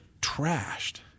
trashed